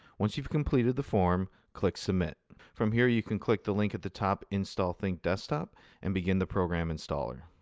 once you've completed the form, click submit. from here, you can click the link at the top install think desktop and begin the program installer.